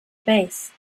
base